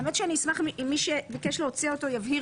האמת, אני אשמח אם מי שביקש להוציא אותו יבהיר